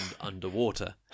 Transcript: underwater